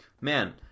man